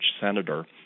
senator